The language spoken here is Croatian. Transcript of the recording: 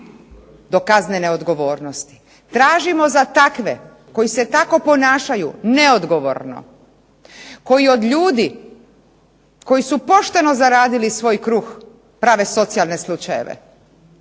do kaznene odgovornosti. Tražimo za takve koji se tako ponašaju neodgovorno, koji od ljudi koji su pošteno zaradili svoj kruh prave socijalne slučajeve.